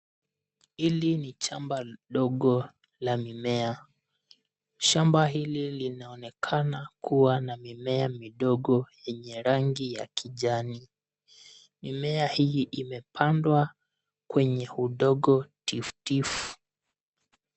Hili ni shamba ndogo la mimea. Shamba hili linaonekana kuwa na mimea midogo enye rangi ya kijani. Mimea hii imepandwa kwenye udongo tifutifu.